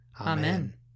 Amen